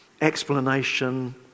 explanation